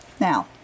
Now